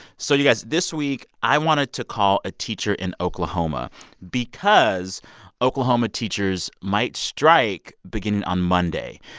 so you guys, this week, i wanted to call a teacher in oklahoma because oklahoma teachers might strike beginning on monday.